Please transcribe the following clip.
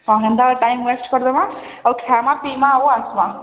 ହଁ ହେନ୍ତା time waste କରିଦେବା ଆଉ ଖାଇବା ପିଇମା ଆଉ ଆସ୍ମା